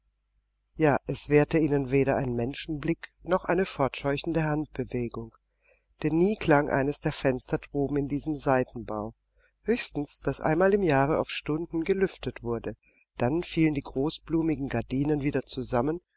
ja es wehrte ihnen weder ein menschenblick noch eine fortscheuchende handbewegung denn nie klang eines der fenster droben in diesem seitenbau höchstens daß einmal im jahre auf stunden gelüftet wurde dann fielen die großblumigen gardinen wieder zusammen